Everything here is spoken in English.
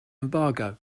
embargo